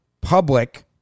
public